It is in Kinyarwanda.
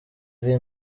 ari